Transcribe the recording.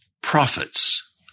prophets